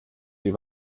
sie